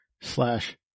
slash